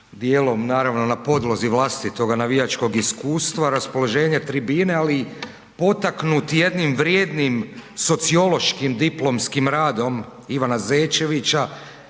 dijelom naravno na podlozi vlastitoga navijačkoga iskustva, raspoloženje tribine, ali i potaknut jednim vrijednim sociološkim diplomskim radom Ivana Zečevića,